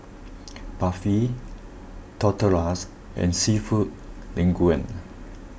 Barfi Tortillas and Seafood Linguine